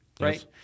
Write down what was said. right